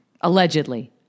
allegedly